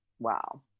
wow